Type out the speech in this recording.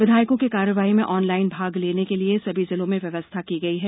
विधायकों के कार्रवाही में ऑनलाईन भाग लेने के लिए सभी जिलों में व्यवस्था की गई है